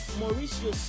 mauricio